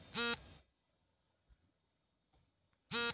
ಮುನ್ಸೂಚನೆಯನ್ನು ನೀಡಲು ನಿಮಗೆ ಸಹಾಯ ಮಾಡುವ ಯಂತ್ರ ಯಾವುದು?